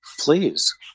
Please